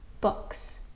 books